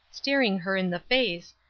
staring her in the face,